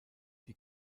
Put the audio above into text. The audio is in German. die